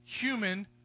human